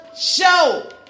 show